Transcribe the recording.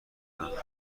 بدبخت